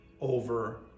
over